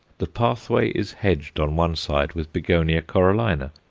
the pathway is hedged on one side with begonia coralina,